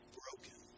broken